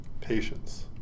Patience